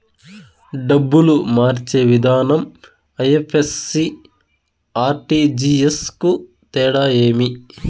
డబ్బులు మార్చే విధానం ఐ.ఎఫ్.ఎస్.సి, ఆర్.టి.జి.ఎస్ కు తేడా ఏమి?